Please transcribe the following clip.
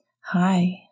Hi